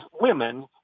women